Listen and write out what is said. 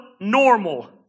normal